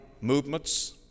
movements